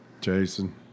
Jason